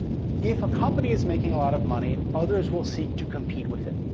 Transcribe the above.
if a company is making a lot of money, others will seek to compete with it.